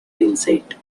insight